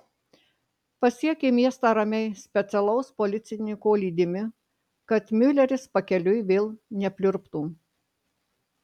pasiekė miestą ramiai specialaus policininko lydimi kad miuleris pakeliui vėl nepliurptų